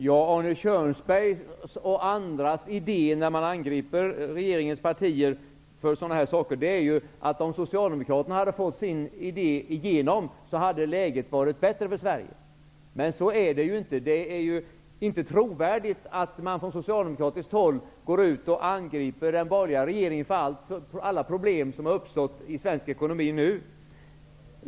Herr talman! Arne Kjörnsbergs och andras uppfattning när de angriper regeringspartierna för sådana saker, är att om Socialdemokraterna hade fått igenom sin idé, hade läget för Sverige varit bättre. Men så är det inte. Det är inte trovärdigt att man från socialdemokratiskt håll går ut och angriper den borgerliga regeringen för alla problem som har uppstått i svensk ekonomi nu.